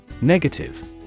Negative